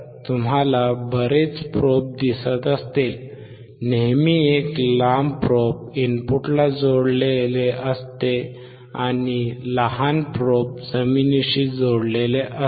तर तुम्हाला बरेच प्रोब दिसत असतील नेहमी एक लांब प्रोब इनपुटला जोडलेले असते आणि लहान प्रोबल जमिनीशी जोडलेले असते